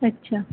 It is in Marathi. अच्छा